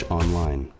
online